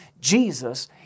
Jesus